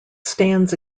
stands